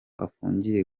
afungiye